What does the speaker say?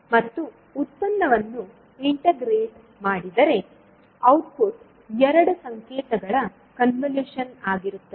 ಮತ್ತು ಉತ್ಪನ್ನವನ್ನು ಇಂಟಿಗ್ರೇಟ್ ಮಾಡಿದರೆ ಔಟ್ಪುಟ್ ಎರಡು ಸಂಕೇತಗಳ ಕನ್ವಲೂಶನ್ ಆಗಿರುತ್ತದೆ